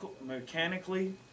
mechanically